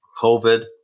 COVID